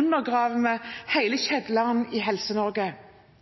undergraves hele kjelleren i Helse-Norge. Derfor har jeg lyst til å utfordre helseministeren på å ta tak i